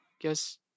guess